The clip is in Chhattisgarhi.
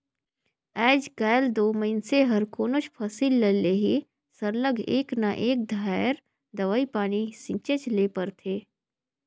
आएज काएल दो मइनसे हर कोनोच फसिल ल लेहे सरलग एक न एक धाएर दवई पानी छींचेच ले परथे